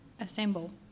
assemble